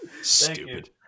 Stupid